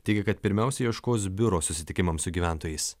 teigia kad pirmiausia ieškos biuro susitikimam su gyventojais